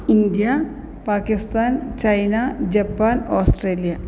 India Pakistan China Japan Australia